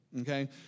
Okay